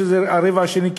והרבע השני,